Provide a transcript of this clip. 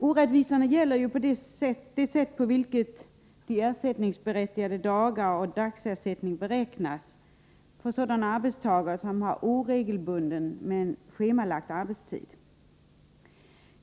Orättvisorna gäller det sätt på vilket ersättningsberättigade dagar och dagersättning beräknas för arbetstagare med oregelbunden men schemalagd arbetstid.